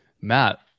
Matt